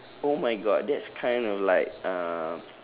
oh my god that's kind of like um